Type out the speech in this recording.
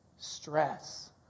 Stress